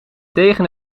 tegen